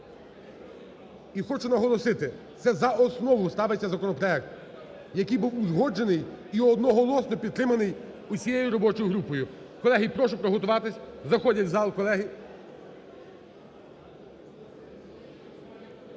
І хочу наголосити, це за основу ставиться законопроект, який був узгоджений і одноголосно підтриманий усією робочою групою. Колеги, і прошу приготуватись, заходять в зал колеги.